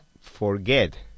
forget